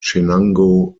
chenango